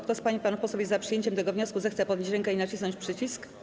Kto z pań i panów posłów jest za przyjęciem tego wniosku, zechce podnieść rękę i nacisnąć przycisk.